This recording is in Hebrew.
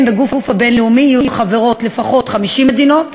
שלפיהם בגוף הבין-לאומי יהיו חברות לפחות 50 מדינות,